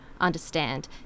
understand